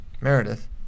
Meredith